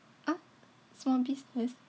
ah small business